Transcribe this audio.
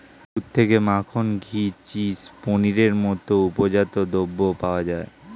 দুধ থেকে মাখন, ঘি, চিজ, পনিরের মতো উপজাত দ্রব্য পাওয়া যায়